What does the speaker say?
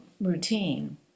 routine